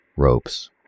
Ropes